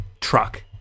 truck